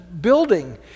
building